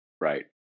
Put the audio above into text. Right